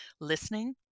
listening